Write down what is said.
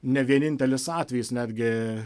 ne vienintelis atvejis netgi